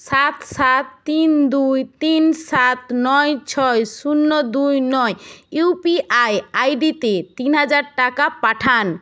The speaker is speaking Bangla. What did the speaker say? সাত সাত তিন দুই তিন সাত নয় ছয় শূন্য দুই নয় ইউপিআই আইডিতে তিন হাজার টাকা পাঠান